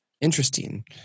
Interesting